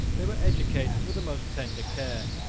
they were educated with the most tender care,